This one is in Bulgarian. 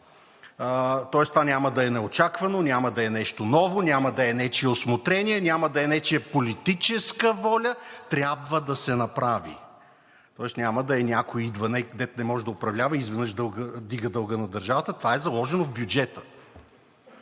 Тоест това няма да е неочаквано, няма да е нещо ново, няма да е нечие усмотрение, няма да е нечия политическа воля, трябва да се направи! Тоест няма да е: някой идва, дето не може да управлява, и изведнъж вдига дълга на държавата. Това е заложено в бюджета